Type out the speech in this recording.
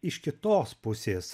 iš kitos pusės